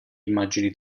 immagini